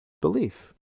belief